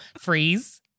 freeze